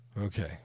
Okay